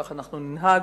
כך אנחנו ננהג,